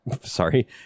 sorry